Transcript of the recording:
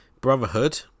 Brotherhood